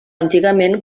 antigament